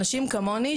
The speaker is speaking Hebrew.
אנשים כמוני,